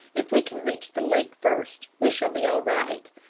if we can reach the lake first we shall be all right,